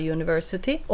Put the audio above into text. University